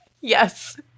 Yes